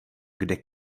kde